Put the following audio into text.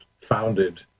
founded